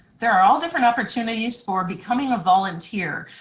there are all different opportunities for becoming a volunteer.